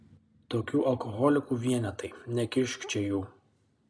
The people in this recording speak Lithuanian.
tokių alkoholikų vienetai nekišk čia jų